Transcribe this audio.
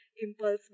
impulse